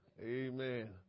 Amen